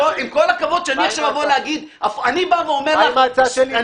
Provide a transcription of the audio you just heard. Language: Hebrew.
עם כל הכבוד שאני עכשיו אבוא להגיד --- מה עם ההצעה שלי,